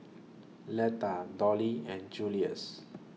Letta Dollie and Julius